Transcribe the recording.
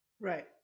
right